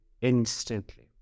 instantly